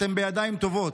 אתם בידיים טובות.